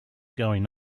going